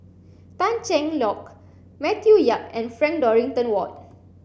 Tan Cheng Lock Matthew Yap and Frank Dorrington Ward